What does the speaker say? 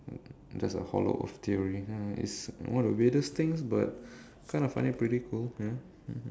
that's the hollow earth theory ya it's one of the weirdest things but kind of funny pretty cool ya